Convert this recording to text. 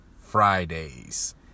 Fridays